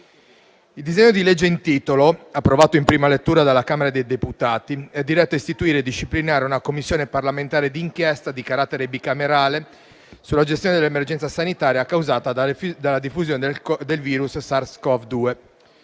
Il disegno di legge il titolo, approvato in prima lettura dalla Camera dei deputati, è diretto a istituire e disciplinare una Commissione parlamentare d'inchiesta di carattere bicamerale sulla gestione dell'emergenza sanitaria causata dalle diffusione del virus SARS-CoV-2.